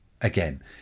Again